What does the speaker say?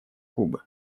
кубы